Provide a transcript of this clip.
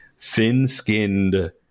thin-skinned